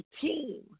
team